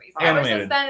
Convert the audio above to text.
Animated